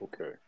Okay